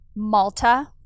Malta